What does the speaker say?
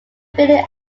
billy